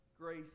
grace